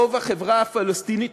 רוב החברה הפלסטינית,